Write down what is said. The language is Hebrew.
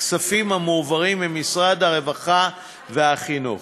כספים המועברים ממשרד הרווחה וממשרד החינוך.